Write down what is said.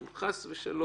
אם חס ושלום,